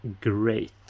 great